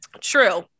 True